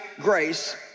grace